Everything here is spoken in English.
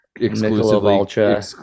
exclusively